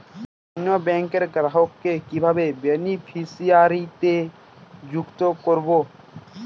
অন্য ব্যাংক র গ্রাহক কে কিভাবে বেনিফিসিয়ারি তে সংযুক্ত করবো?